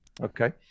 okay